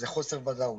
זה חוסר ודאות.